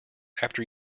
after